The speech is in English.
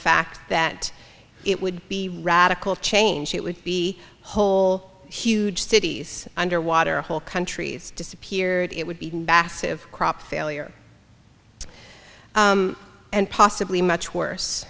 fact that it would be a radical change it would be whole huge cities underwater whole countries disappeared it would be a crop failure and possibly much worse